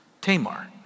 Tamar